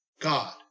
God